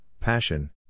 passion